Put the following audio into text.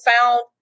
found